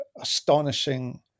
astonishing